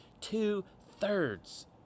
Two-thirds